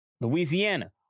Louisiana